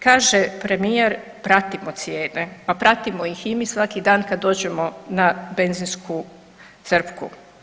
Kaže premijer pratimo cijene, pa pratimo ih i mi svaki dan kad dođemo na benzinsku crpku.